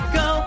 go